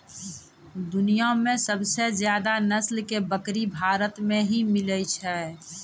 दुनिया मॅ सबसे ज्यादा नस्ल के बकरी भारत मॅ ही मिलै छै